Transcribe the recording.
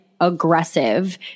aggressive